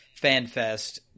FanFest